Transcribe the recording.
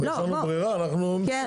יש לנו ברירה, אנחנו מסתכלים.